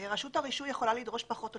רשות הרישוי יכולה לדרוש פחות עותקים.